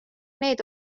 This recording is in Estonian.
need